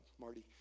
Marty